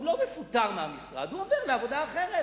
הוא לא מפוטר מהמשרד, הוא עובר לעבודה אחרת,